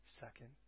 second